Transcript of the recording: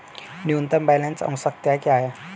न्यूनतम बैलेंस आवश्यकताएं क्या हैं?